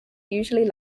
usually